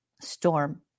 storm